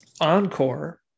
Encore